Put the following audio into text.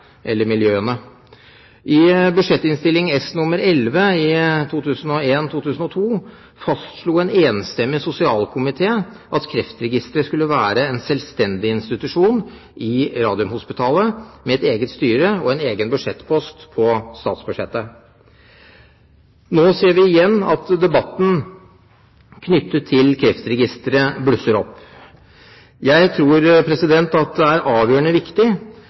I Budsjett-innst. S. nr. 11 for 2001–2002 fastslo en enstemmig sosialkomité at Kreftregisteret skulle være en selvstendig institusjon i Radiumhospitalet, med et eget styre og en egen budsjettpost på statsbudsjettet. Nå ser vi igjen at debatten knyttet til Kreftregisteret blusser opp. Jeg tror det er avgjørende viktig